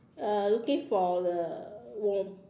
uh looking for the worm